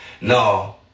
No